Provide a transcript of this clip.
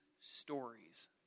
stories